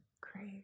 Great